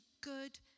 good